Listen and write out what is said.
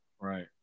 Right